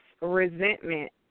resentment